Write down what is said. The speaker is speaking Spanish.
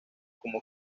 como